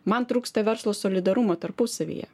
man trūksta verslo solidarumo tarpusavyje